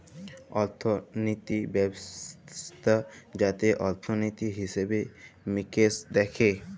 অর্থলিতি ব্যবস্থা যাতে অর্থলিতি, হিসেবে মিকেশ দ্যাখে